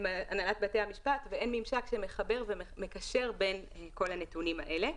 של הנהלת בתי המשפט ואין ממשק שמחבר ומקשר בין כל הנתונים האלה.